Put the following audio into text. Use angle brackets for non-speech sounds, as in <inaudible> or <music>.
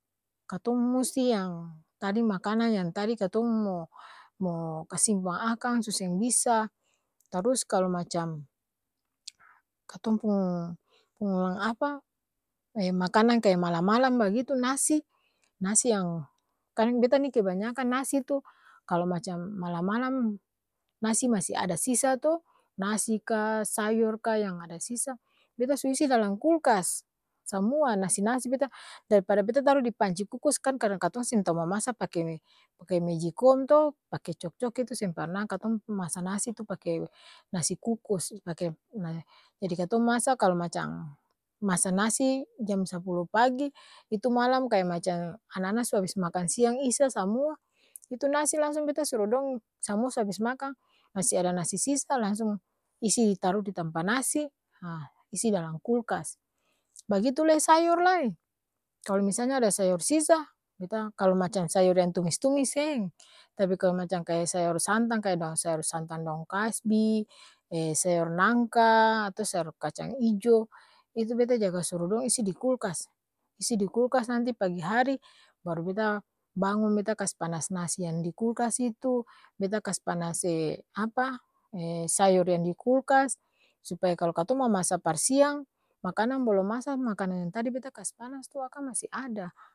Katong musti yang tadi makanang yang tadi katong mo mo-kas simpang akang su seng bisa, tarus kalo macam katong pung pung-apa? <hesitation> makanang kaya malam bagitu nasi, nasi yang kan beta ni kebanyakan nasi tu, kalo macam malam-malam, nasi masi ada sisa to nasi kaa, sayor kaa, yang ada sisa beta su isi dalang kulkas samua nasi-nasi beta dari pada beta taru di panci kukus kan karna katong seng tau mamasa pake pake-mejikom to pake cok-cok itu seng parna katong'pi masa nasi tu pake nasi kukus, pak <hesitation> jadi katong masa kalo macang masa nasi, jam sapulu pagi, itu malam kaya macang ana-ana su abis makang siang isa samua itu nasi langsung beta suru dong, samua su abis makang, masi ada nasi sisa langsung, isi taru di tampa nasi, haa isi dalang kulkas, bagitu lae sayor lae kalo misalnya ada sayor sisa, beta kalo macang sayor yang tumis-tumis seng tapi kalo macang kaya sayor santang kaya daong sayor santang daong kasbi, ee sayor nangka ato sayor kacang ijo, itu beta jaga suru dong isi di kulkas! Isi di kulkas nanti pagi hari, baru beta bangun beta kas panas nasi yang di kulkas itu, beta kas panas ee apa? <hesitation> sayor yang di kulkas, supaya kalo katong mamasa par siang, makanang bolom masa, makanang yang tadi beta kas panas tu akang masi ada.